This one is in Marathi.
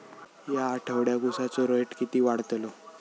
या आठवड्याक उसाचो रेट किती वाढतलो?